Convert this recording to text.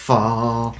Fall